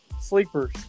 sleepers